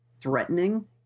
threatening